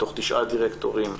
מתוך תשעה דירקטורים,